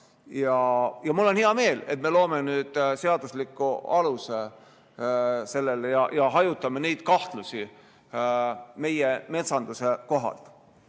Mul on hea meel, et me loome nüüd seadusliku aluse sellele ja hajutame kahtlusi meie metsanduse kohalt.